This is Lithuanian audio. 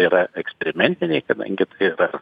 yra eksperimentiniai kadangi ir dar